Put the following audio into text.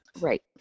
Right